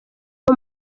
uwo